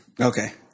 Okay